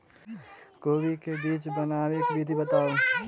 कोबी केँ बीज बनेबाक विधि बताऊ?